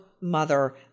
mother